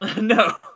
No